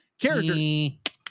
Character